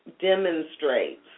demonstrates